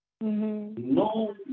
No